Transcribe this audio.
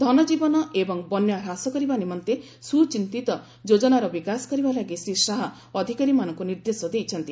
ଧନଜୀବନ ଏବଂ ବନ୍ୟା ହ୍ରାସ କରିବା ନିମନ୍ତେ ସ୍ରଚିନ୍ତିତ ଯୋଜନାର ବିକାଶ କରିବା ଲାଗି ଶ୍ରୀ ଶାହା ଅଧିକାରୀମାନଙ୍କୁ ନିର୍ଦ୍ଦେଶ ଦେଇଛନ୍ତି